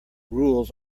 rules